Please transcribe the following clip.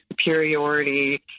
superiority